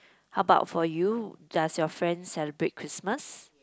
how about for you does your friend celebrate Christmas